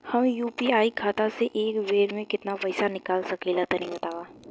हम यू.पी.आई खाता से एक बेर म केतना पइसा निकाल सकिला तनि बतावा?